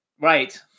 Right